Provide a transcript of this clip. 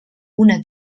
una